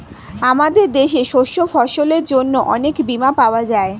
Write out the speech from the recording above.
আমাদের দেশে শস্য ফসলের জন্য অনেক বীমা পাওয়া যায়